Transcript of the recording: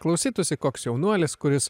klausytųsi koks jaunuolis kuris